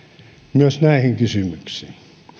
myös näihin kysymyksiin